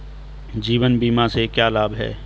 जीवन बीमा से क्या लाभ हैं?